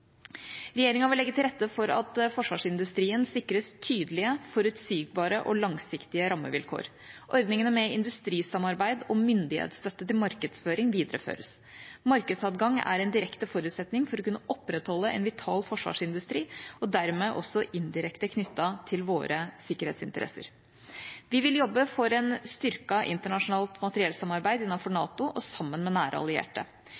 Regjeringa vil legge til rette for at forsvarsindustrien sikres tydelige, forutsigbare og langsiktige rammevilkår. Ordningene med industrisamarbeid og myndighetsstøtte til markedsføring videreføres. Markedsadgang er en direkte forutsetning for å kunne opprettholde en vital forsvarsindustri og dermed også indirekte knyttet til våre sikkerhetsinteresser. Vi vil jobbe for et styrket internasjonalt materiellsamarbeid innenfor NATO og sammen med nære allierte.